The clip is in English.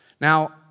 Now